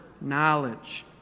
knowledge